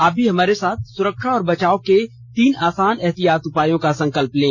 आप भी हमारे साथ सुरक्षा और बचाव के तीन आसान एहतियाती उपायों का संकल्प लें